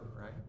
right